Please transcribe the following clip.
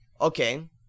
Okay